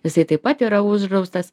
jisai taip pat yra uždraustas